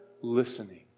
listening